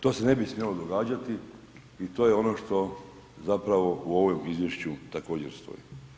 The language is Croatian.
To se ne bi smjelo događati i to je ono što zapravo u ovom izvješću također stoji.